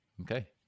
Okay